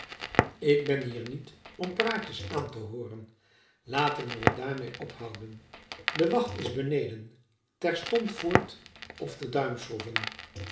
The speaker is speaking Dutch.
ik ben hier niet om praatjes aan te hooren laten we daarmee ophouden de wacht is beneden terstond voort of de